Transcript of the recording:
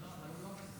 בשעה טובה.